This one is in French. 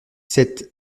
sept